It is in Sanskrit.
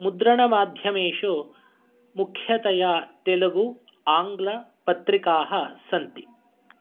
मुद्रणमाध्यमेषु मुख्यतया तेलुगुः आङ्ग्लपत्रिकाः सन्ति